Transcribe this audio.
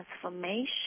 transformation